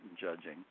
judging